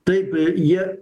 taip jie